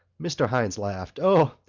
mr. hynes laughed. o,